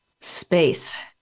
space